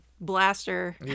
blaster